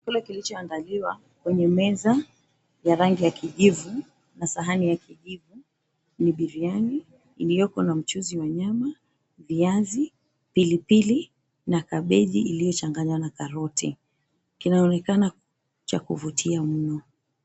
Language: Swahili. Chakula kilichoandaliwa kwenye meza ya rangi ya kijivu na sahani ya kijivu ni biryani iliyoko na mchuzi wa nyama, viazi, pilipili, na kabeji iliyochanganywa na karoti. Kinaonekana cha kuvutia mno.